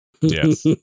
Yes